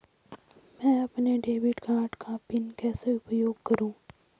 मैं अपने debit card का पिन कैसे उपयोग करूँ?